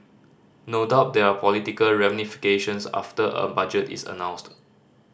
no doubt there are political ramifications after a budget is announced